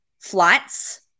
flights